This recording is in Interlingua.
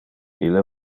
ille